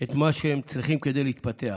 את מה שהם צריכים כדי להתפתח.